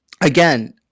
again